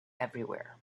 everywhere